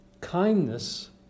Kindness